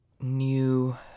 new